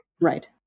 Right